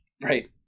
Right